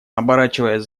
оборачиваясь